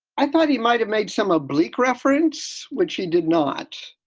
i thought he might have made some oblique reference, which he did not